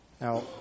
Now